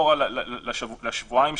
בוקר טוב לכולם.